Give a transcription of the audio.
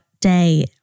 day